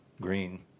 green